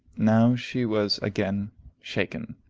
now she was again shaken.